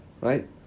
right